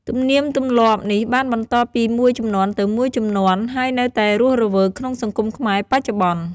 ទំនៀមទម្លាប់នេះបានបន្តពីមួយជំនាន់ទៅមួយជំនាន់ ហើយនៅតែរស់រវើកក្នុងសង្គមខ្មែរបច្ចុប្បន្ន។